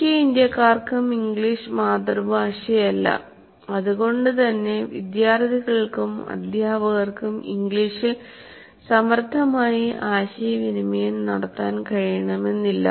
മിക്ക ഇന്ത്യക്കാർക്കും ഇംഗ്ലീഷ് മാതൃഭാഷയല്ല അതുകൊണ്ടു തന്നെ വിദ്യാർത്ഥികൾക്കും അധ്യാപകർക്കും ഇംഗ്ലീഷിൽ സമർത്ഥമായി ആശയവിനിമയം നടത്താൻ കഴിയാണെമെന്നില്ല